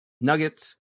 Nuggets